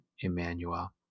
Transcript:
Emmanuel